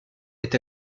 est